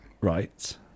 Right